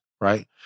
right